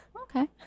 okay